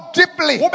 deeply